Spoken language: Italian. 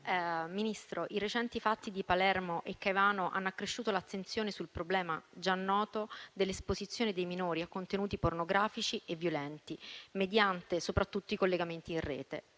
Ministro, i recenti fatti di Palermo e Caivano hanno accresciuto l'attenzione sul problema, già noto, dell'esposizione dei minori a contenuti pornografici e violenti mediante soprattutto i collegamenti in Rete.